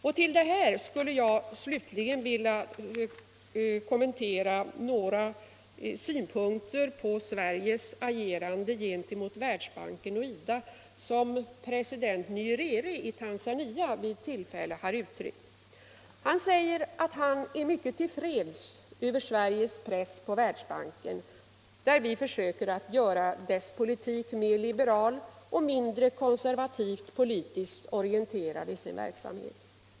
Slutligen skulle jag vilja kommentera några synpunkter på Sveriges agerande gentemot Världsbanken och IDA som president Nyerere i Tanzania vid ett tillfälle uttryckt. Han säger att han är mycket till freds över Sveriges press på Världsbanken när vi försöker göra dess politik mer liberal och Världsbanken mindre konservativt politiskt orienterad i sin verksamhet.